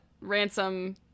Ransom